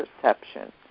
perception